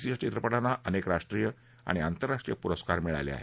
सीच्या चित्रपश्मा अनेक राष्ट्रीय आणि आंतस्राष्ट्रीय पुरस्कार मिळाले आहेत